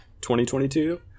2022